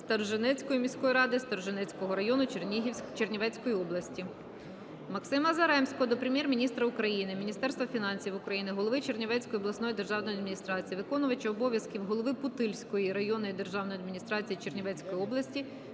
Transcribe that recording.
Сторожинецької міської ради, Сторожинецького району Чернівецької області. Максима Заремського до Прем'єр-міністра України, Міністерства фінансів України, голови Чернівецької обласної державної адміністрації, виконувача обов'язків голови Путильської районної державної адміністрації Чернівецької області